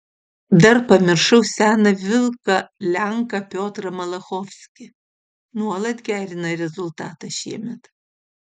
dar pamiršau seną vilką lenką piotrą malachovskį nuolat gerina rezultatą šiemet